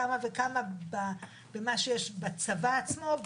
כמה וכמה במה שיש בצבא עצמו,